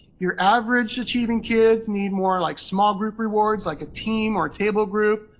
your average achieving kids need more like small group rewards, like a team or table group.